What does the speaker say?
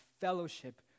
fellowship